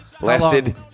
Lasted